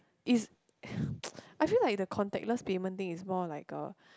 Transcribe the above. it's I feel like the contactless payment thing is more like a